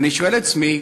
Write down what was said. ואני שואל את עצמי.